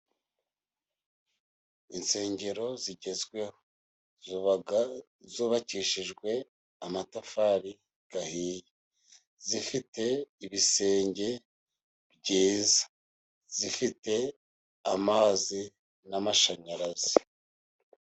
Insengero zigezweho ziba zubakishijwe amatafari ahiye, zifite ibisenge byiza, zifite amazi n'amashanyarazi.